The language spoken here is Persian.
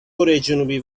کرهجنوبی